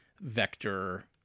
vector